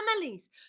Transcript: families